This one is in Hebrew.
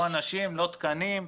לא אנשים, לא תקנים,